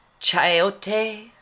chayote